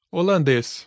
Holandês